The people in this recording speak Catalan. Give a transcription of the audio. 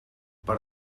per